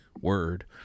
word